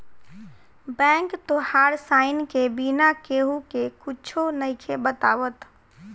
bank तोहार sign के बिना केहु के कुच्छो नइखे बतावत